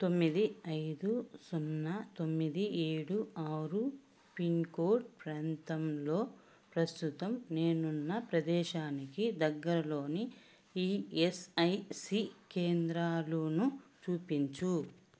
తొమ్మిది ఐదు సున్నా తొమ్మిది ఏడు ఆరు పిన్కోడ్ ప్రాంతంలో ప్రస్తుతం నేనున్న ప్రదేశానికి దగ్గరలోని ఈఎస్ఐసి కేంద్రాలును చూపించు